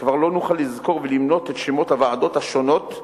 כבר לא נוכל לזכור ולמנות את שמות הוועדות השונות,